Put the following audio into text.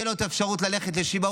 תהיה לו האפשרות ללכת לשיבא,